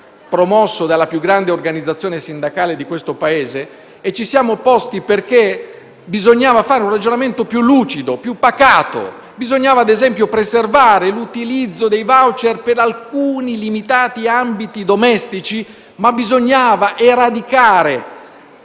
promosso dalla più grande organizzazione sindacale di questo Paese. Ci siamo opposti perché bisognava fare un ragionamento più lucido e pacato. Bisognava - ad esempio - preservare l'utilizzo dei *voucher* per alcuni limitati ambiti di lavoro domestico, ma anche eradicare